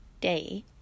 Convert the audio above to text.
day